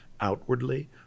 outwardly